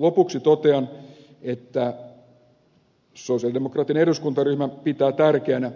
lopuksi totean että sosialidemokraattinen eduskuntaryhmä pitää tärkeänä